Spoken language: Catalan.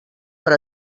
per